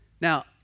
Now